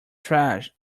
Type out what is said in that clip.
trash